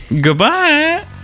goodbye